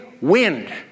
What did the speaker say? wind